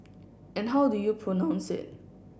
and how do you pronounce it